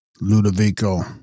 Ludovico